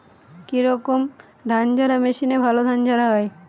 কি রকম ধানঝাড়া মেশিনে ভালো ধান ঝাড়া হয়?